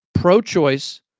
pro-choice